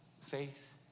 Faith